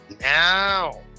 now